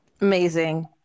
Amazing